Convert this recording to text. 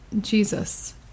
Jesus